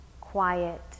quiet